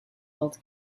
old